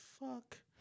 fuck